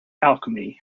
alchemy